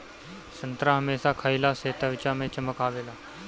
संतरा हमेशा खइला से त्वचा में चमक आवेला